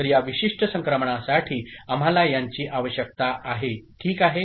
तर या विशिष्ट संक्रमणासाठी आम्हाला यांची आवश्यकता आहे ठीक आहे